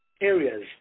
areas